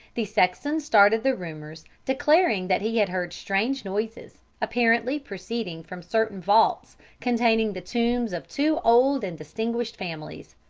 the sexton started the rumours, declaring that he had heard strange noises, apparently proceeding from certain vaults containing the tombs of two old and distinguished families.